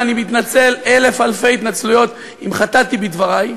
ואני מתנצל אלף אלפי התנצלויות אם חטאתי בדברי,